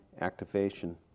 activation